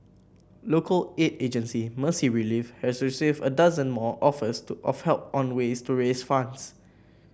local aid agency Mercy Relief has received a dozen more offers to of help on ways to raise funds